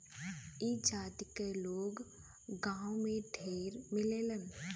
ई जाति क लोग गांव में ढेर मिलेलन